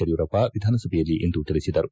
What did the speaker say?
ಯಡಿಯೂರಪ್ಪ ಎಧಾನಸಭೆಯಲ್ಲಿಂದು ತಿಳಿಸಿದರು